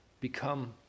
become